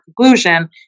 conclusion